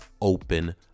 open